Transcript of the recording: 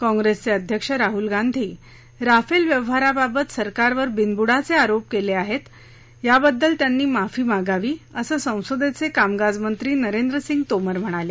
काँप्रिसचे अध्यक्ष् राहल गांधी राफेल व्यवहाराबाबत सरकारवर बिनबुडाचे आरोप केले आहेत त्याबद्दल त्यांनी माफी मागावी असं संसदेचे कामकाज मंत्री नरेंद्र सिंग तोमर म्हणाले